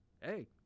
hey